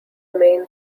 main